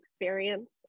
experience